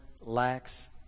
lacks